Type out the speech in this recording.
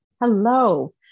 Hello